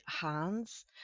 hands